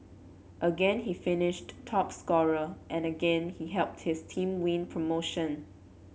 again he finished top scorer and again he helped his team win promotion